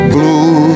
Blue